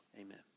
Amen